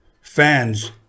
fans